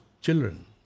children